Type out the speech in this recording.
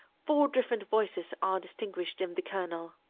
four different voices are distinguished in the kernel.